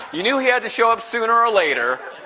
you knew he had to show up sooner or later,